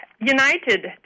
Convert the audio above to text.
united